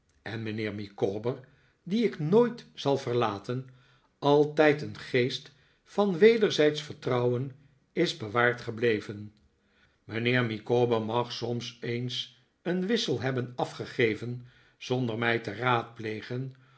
en mijnheer micawber dien ik nooit zal verlaten altijd een geest van wederzijdsch vertrouwen is bewaard gebleven mijnheer micawber mag soms eens een wissel hebben afgegeven zonder mij te raadplegen